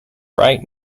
right